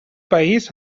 país